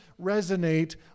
resonate